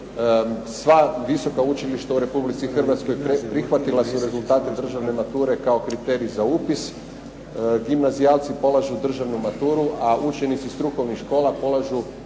Sva visoka učilišta u Republici Hrvatskoj prihvatila su rezultate državne mature kao kriterij za upis. Gimnazijalci polažu državnu maturu, a učenici strukovnih škola polažu